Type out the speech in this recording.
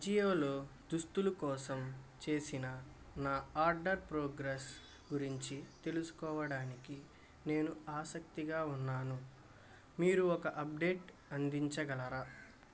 అజియోలో దుస్తులు కోసం చేసిన నా ఆర్డర్ ప్రోగ్రెస్ గురించి తెలుసుకోవడానికి నేను ఆసక్తిగా ఉన్నాను మీరు ఒక అప్డేట్ అందించగలరా